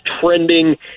trending